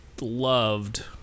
loved